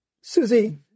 Susie